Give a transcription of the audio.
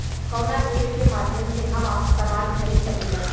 कवना ऐपके माध्यम से हम समान खरीद सकीला?